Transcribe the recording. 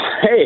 hey